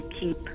keep